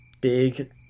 big